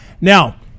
Now